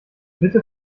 bitte